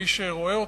ומי שרואה אותנו,